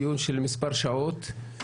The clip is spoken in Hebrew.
דיון של מספר שעות,